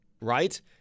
right